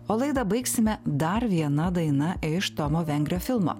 o laidą baigsime dar viena daina iš tomo vengrio filmo